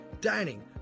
dining